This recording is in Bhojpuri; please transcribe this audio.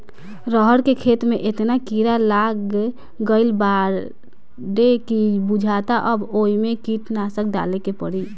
रहर के खेते में एतना कीड़ा लाग गईल बाडे की बुझाता अब ओइमे कीटनाशक डाले के पड़ी